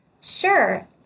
Sure